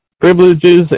privileges